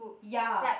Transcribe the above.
ya